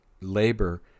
labor